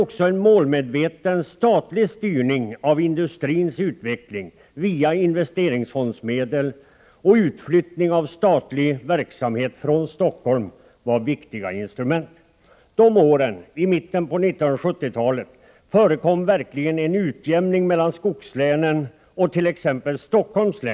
Också en målmedveten statlig styrning av industrins utveckling via investeringsfondsmedel och utflyttning av statliga verksamheter från Stockholm var viktiga instrument. I mitten av 1970-talet förekom verkligen en utjämning mellan skogslänen och t.ex. Stockholms län.